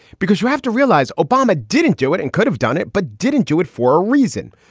because you have to realize obama didn't do it and could have done it, but didn't do it for a reason.